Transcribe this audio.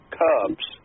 cubs